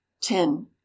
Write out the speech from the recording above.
Ten